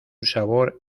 sabor